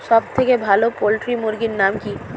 সবথেকে ভালো পোল্ট্রি মুরগির নাম কি?